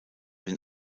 den